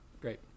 Great